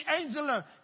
Angela